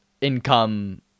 income